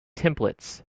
templates